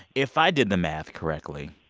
if i did the math correctly,